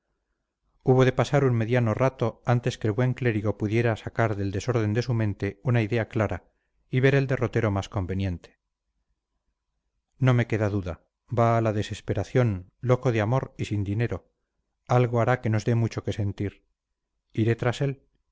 hubo de pasar un mediano rato antes que el buen clérigo pudiera sacar del desorden de su mente una idea clara y ver el derrotero más conveniente no me queda duda va a la desesperación loco de amor y sin dinero algo hará que nos dé mucho que sentir iré tras él